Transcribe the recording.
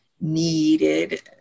needed